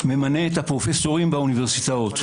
ממנה את הפרופסורים באוניברסיטאות,